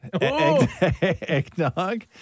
Eggnog